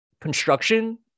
construction